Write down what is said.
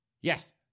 Yes